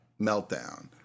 meltdown